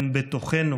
הן בתוכנו.